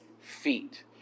feet